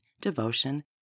devotion